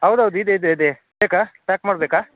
ಹೌದು ಹೌದು ಇದೆ ಇದೆ ಇದೆ ಬೇಕಾ ಪ್ಯಾಕ್ ಮಾಡಬೇಕಾ